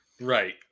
Right